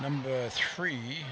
number three